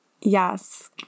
Yes